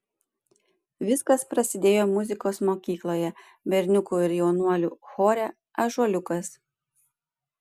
viskas prasidėjo muzikos mokykloje berniukų ir jaunuolių chore ąžuoliukas